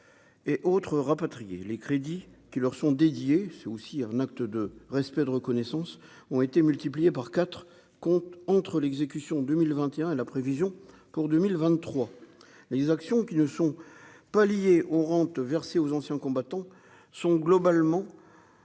et autres rapatriés les crédits qui leur sont dédiés, c'est aussi un acte de respect de reconnaissance ont été multipliés par 4 compte entre l'exécution 2021 et la prévision pour 2023 les actions qui ne sont pas liées aux rentes versées aux anciens combattants sont globalement